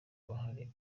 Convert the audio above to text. bahari